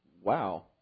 wow